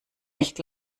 echt